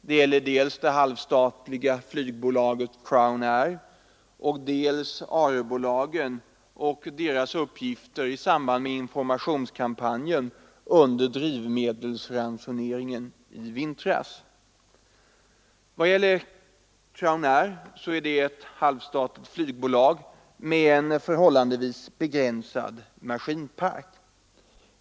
Det gäller dels det halvstatliga flygbolaget Crownair, dels ARE-bolagen och dess Crownair är ett halvstatligt flygbolag med en förhållandevis begränsad 21 maj 1974 flygplansflotta.